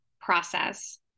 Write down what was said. process